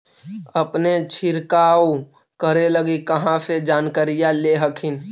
अपने छीरकाऔ करे लगी कहा से जानकारीया ले हखिन?